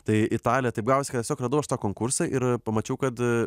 tai italė taip gavosi kad tiesiog radau aš tą konkursą ir pamačiau kad